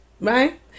right